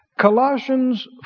Colossians